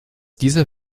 dieser